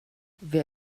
wer